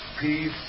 peace